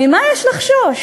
ממה יש לחשוש?